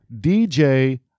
DJ